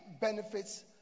benefits